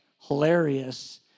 hilarious